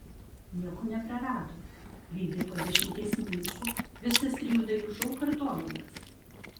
nieko neprarado lygiai po dešimties minučių visas trijų dalių šou kartojamas